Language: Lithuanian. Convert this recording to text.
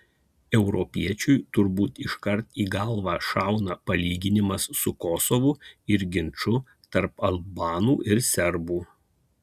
europiečiui turbūt iškart į galvą šauna palyginimas su kosovu ir ginču tarp albanų ir serbų